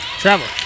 Travel